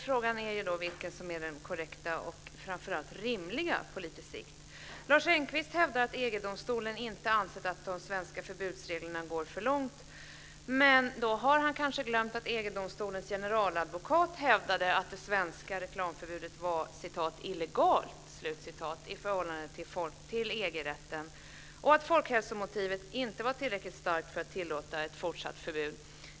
Frågan är vilken som är den korrekta, och framför allt rimliga, på lite sikt. Lars Engqvist hävdar att EG-domstolen inte ansett att de svenska förbudsreglerna går för långt, men då har han kanske glömt att EG-domstolens generaladvokat hävdade att det svenska reklamförbudet var "illegalt" i förhållande till EG-rätten och att folkhälsomotivet inte var tillräckligt starkt för tillåta ett fortsatt förbud.